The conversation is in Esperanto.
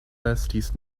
restis